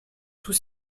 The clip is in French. tout